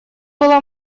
была